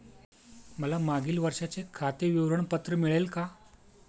मला मागील वर्षाचे खाते विवरण पत्र मिळेल का?